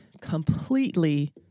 completely